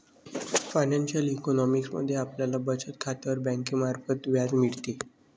financial economics मध्ये आपल्याला बचत खात्यावर बँकेमार्फत व्याज मिळते